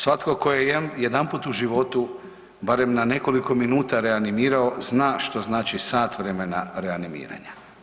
Svatko tko je jedanput u životu barem na nekoliko minuta reanimirao, zna što znači sat vremena reanimiranja.